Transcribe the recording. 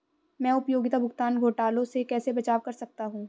मैं उपयोगिता भुगतान घोटालों से कैसे बचाव कर सकता हूँ?